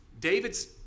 David's